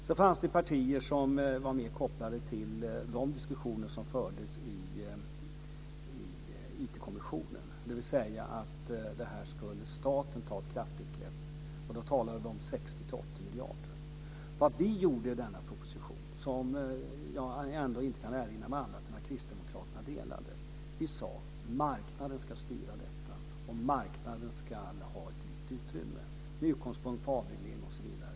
Det fanns vidare partier som mer anslöt sig till de diskussioner som fördes i IT-kommissionen om att staten skulle ta ett kraftigt grepp över detta. Det talades då om 60-80 Vad vi sade i propositionen - vilket såvitt jag kan erinra mig kristdemokraterna anslöt sig till - var: Marknaden ska styra detta, och marknaden ska ha ett vitt utrymme, med utgångspunkt i avreglering osv.